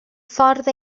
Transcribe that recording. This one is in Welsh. ffordd